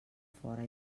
fora